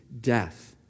death